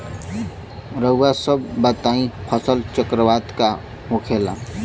रउआ सभ बताई फसल चक्रवात का होखेला?